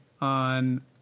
on